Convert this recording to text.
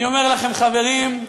אני אומר לכם, חברים,